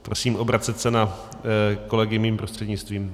Prosím obracet se na kolegy mým prostřednictvím.